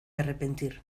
arrepentir